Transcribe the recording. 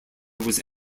was